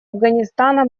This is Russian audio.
афганистана